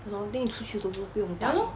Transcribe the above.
!hannor! then 你出去都不用带